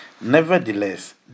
nevertheless